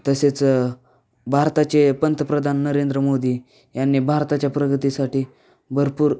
तसेच भारताचे पंतप्रधान नरेंद्र मोदी यांनी भारताच्या प्रगतीसाठी भरपूर